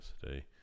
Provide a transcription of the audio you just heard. today